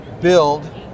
build